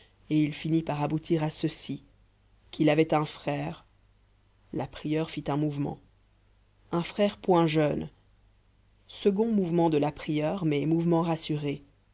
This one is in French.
et il finit par aboutir à ceci qu'il avait un frère la prieure fit un mouvement un frère point jeune second mouvement de la prieure mais mouvement rassuré